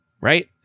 right